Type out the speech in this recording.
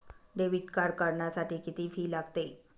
Debit card काढण्यासाठी किती fee लागते?